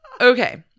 Okay